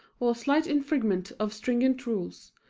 or slight infringement of stringent rules,